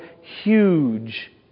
huge